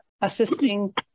assisting